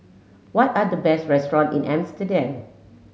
what are the best restaurant in Amsterdam